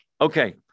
Okay